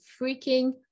freaking